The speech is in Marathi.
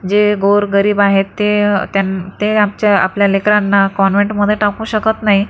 जे गोरगरीब आहेत ते त्यांन ते आमच्या आपल्या लेकरांना कॉन्व्हेंटमध्ये टाकू शकत नाही